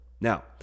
Now